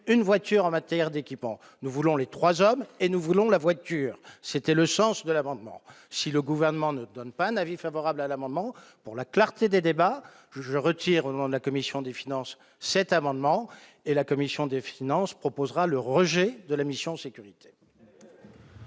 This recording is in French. une voiture en matière d'équipement, nous voulons les 3 hommes et nous voulons la voiture c'était le sens de l'amendement, si le gouvernement ne donne pas un avis favorable à l'amendement pour la clarté des débats, je retire au nom de la commission des finances, cet amendement et la commission des finances, proposera le rejet de la mission sécurité.